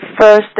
first